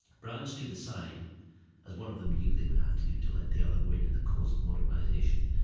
brown stood aside as one of them knew they would have to do to let the other win in the cause of modernisation,